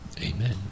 Amen